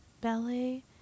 ballet